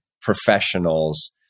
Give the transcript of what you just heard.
professionals